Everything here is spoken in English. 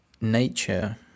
nature